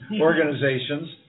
organizations